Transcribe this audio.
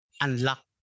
unlock